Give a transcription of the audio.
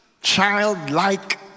childlike